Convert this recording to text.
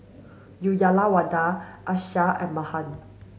Uyyalawada Akshay and Mahan